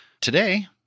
Today